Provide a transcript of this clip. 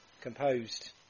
composed